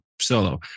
Solo